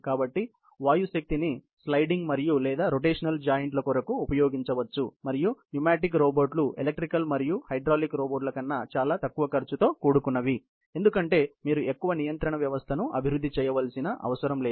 కాబట్టి వాయు శక్తిని స్లైడింగ్ మరియు లేదా రోటేషనల్ జాయింట్ ల కొరకు ఉపయోగించవచ్చు మరియు న్యూమాటిక్ రోబోట్లు ఎలక్ట్రికల్ మరియు హైడ్రాలిక్ రోబోట్ల కన్నా చాలా తక్కువ ఖర్చుతో కూడుకున్నవి ఎందుకంటే మీరు ఎక్కువ నియంత్రణ వ్యవస్థను అభివృద్ధి చేయవలసిన అవసరం లేదు